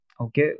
okay